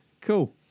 Cool